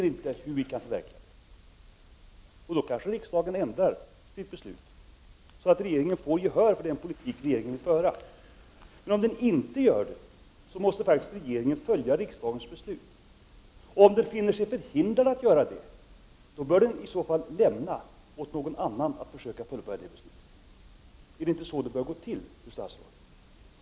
Vi kan inte se hur vi skulle kunna förverkliga det. Riksdagen ändrar då kanske sitt beslut så att regeringen får gehör för den politik som regeringen vill föra. Om så inte sker måste faktiskt regeringen följa riksdagens beslut. Om den finner sig vara förhindrad att göra det, bör den i så fall lämna åt någon annan att försöka fullfölja beslutet. Är det inte så det bör gå till, fru statsråd?